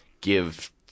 give